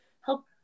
help